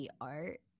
art